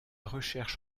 recherche